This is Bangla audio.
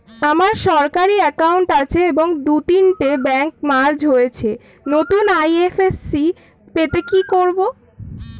আমার সরকারি একাউন্ট আছে এবং দু তিনটে ব্যাংক মার্জ হয়েছে, নতুন আই.এফ.এস.সি পেতে কি করব?